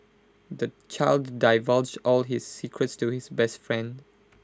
the child divulged all his secrets to his best friend